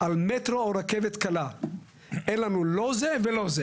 על מטרו או רכבת קלה, אין לנו לא זה ולא זה